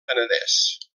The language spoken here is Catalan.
penedès